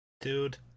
Dude